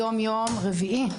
היום יום רביעי,